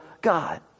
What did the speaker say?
God